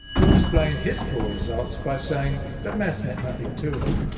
who explained his poor results by saying that maths meant nothing to him.